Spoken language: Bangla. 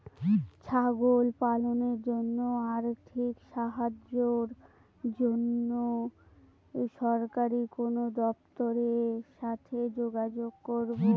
ছাগল পালনের জন্য আর্থিক সাহায্যের জন্য সরকারি কোন দপ্তরের সাথে যোগাযোগ করব?